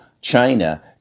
China